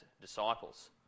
disciples